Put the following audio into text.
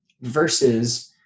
versus